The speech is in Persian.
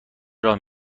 راه